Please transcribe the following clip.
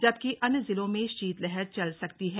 जबकि अन्य जिलों में शीतलहर चल सकती है